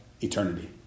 eternity